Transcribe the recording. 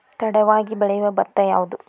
ತಡವಾಗಿ ಬೆಳಿಯೊ ಭತ್ತ ಯಾವುದ್ರೇ?